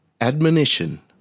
admonition